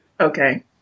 Okay